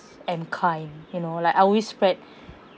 and kind you know like I always spread